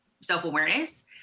self-awareness